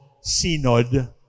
Synod